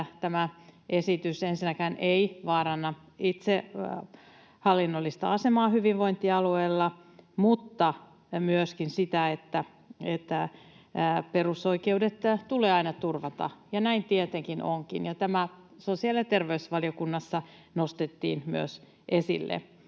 tämä esitys ensinnäkään ei vaaranna itsehallinnollista asemaa hyvinvointialueella, mutta myöskin se, että perusoikeudet tulee aina turvata. Näin tietenkin onkin, ja tämä sosiaali- ja terveysvaliokunnassa nostettiin myös esille.